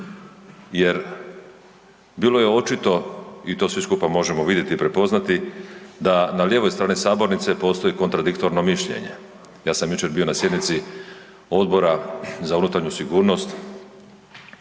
jer bilo je očito i to svi skupa možemo vidjeti i prepoznati da na lijevoj strani sabornice postoji kontradiktorno mišljenje. Ja sam jučer bio na sjednici Odbora za unutarnju sigurnost